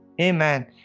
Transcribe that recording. amen